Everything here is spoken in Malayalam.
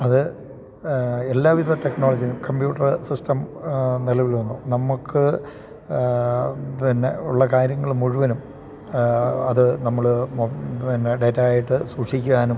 അത് എല്ലാവിധ ടെക്നോളജിയും കമ്പ്യൂട്ടറ് സിസ്റ്റം നിലവിൽ വന്നു നമ്മൾക്ക് പിന്നെ ഉള്ള കാര്യങ്ങൾ മുഴുവനും അത് നമ്മൾ പിന്നെ ഡേറ്റ ആയിട്ട് സൂക്ഷിക്കാനും